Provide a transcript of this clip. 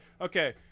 okay